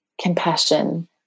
compassion